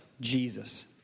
Jesus